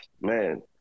man